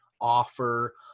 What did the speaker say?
offer